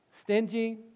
stingy